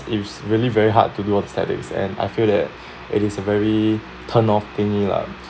it's really very hard to do all the statics and I feel that it is a very turn off thingy lah